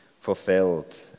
fulfilled